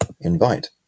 invite